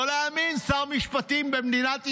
לא להאמין, שר משפטים במדינת ישראל.